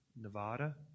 Nevada